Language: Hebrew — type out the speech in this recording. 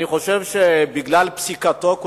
אני חושב שכולנו כאן בגלל פסיקתו.